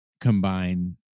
combine